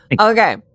Okay